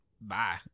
Bye